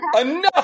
Enough